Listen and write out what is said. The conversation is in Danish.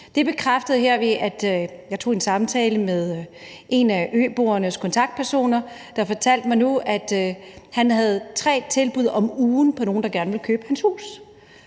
blev bekræftet, da jeg tog en samtale med en af øboernes kontaktpersoner, der fortalte mig, at han nu havde tre tilbud om ugen fra nogle, der gerne ville købe hans hus.